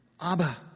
Abba